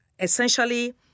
essentially